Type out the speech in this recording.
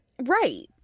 right